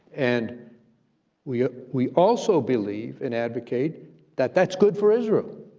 and we we also believe and advocate that that's good for israel.